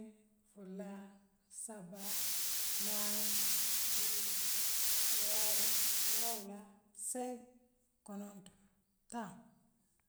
Kiling fula saba naani luulu wooro woorowula seŋ kononto taŋ.